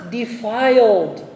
defiled